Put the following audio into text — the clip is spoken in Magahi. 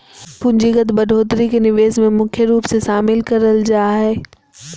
पूंजीगत बढ़ोत्तरी के निवेश मे मुख्य रूप से शामिल करल जा हय